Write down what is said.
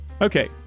okay